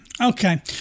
Okay